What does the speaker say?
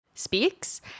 speaks